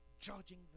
judging